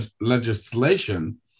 legislation